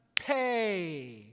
pay